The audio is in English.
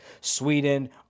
Sweden